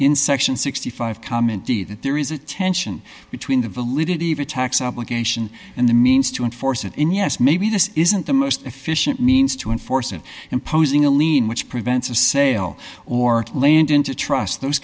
in section sixty five dollars comment the that there is a tension between the validity of a tax obligation and the means to enforce it in yes maybe this isn't the most efficient means to enforce it imposing a lien which prevents a sale or land into trust those